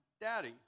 daddy